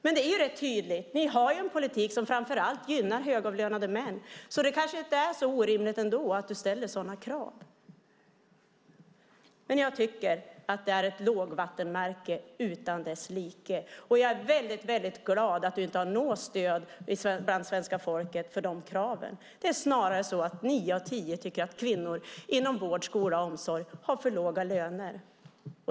Men det är rätt tydligt: Ni har en politik som framför allt gynnar högavlönade män, så det kanske ändå inte är så orimligt att du ställer sådana krav. Jag tycker att det är ett lågvattenmärke utan dess like, och jag är väldigt glad att du inte har något stöd bland svenska folket för de kraven. Det är snarare så att nio av tio tycker att kvinnor inom vård, skola och omsorg har för låga löner.